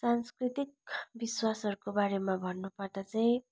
सांस्कृतिक विश्वासहरूको बारेमा भन्नुपर्दा चाहिँ